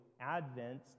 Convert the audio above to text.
Advent